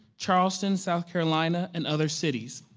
charleston, south carolina, and other cities.